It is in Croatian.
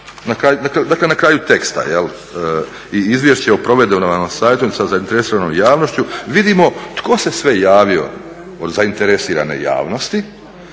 dakle na kraju teksta i izvješće o provedenom savjetovanju sa zainteresiranom javnošću, vidimo tko se sve javio od zainteresirane javnosti,